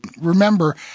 remember